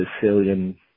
Sicilian